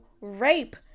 rape